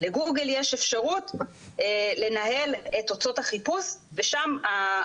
לגוגל יש אפשרות לנהל את אותות החיפוש ושם ה-